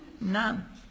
none